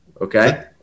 Okay